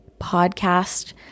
podcast